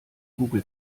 google